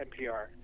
NPR